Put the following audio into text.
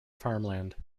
farmland